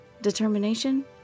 Determination